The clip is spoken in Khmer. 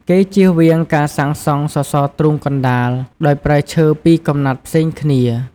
គេចៀសវាងការសាងសង់សសរទ្រូងកណ្តាល ដោយប្រើឈើពីរកំណាត់ផ្សេងគ្នា។